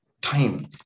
time